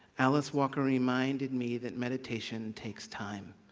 alice walker reminded me that meditation takes time.